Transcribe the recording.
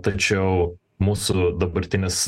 tačiau mūsų dabartinis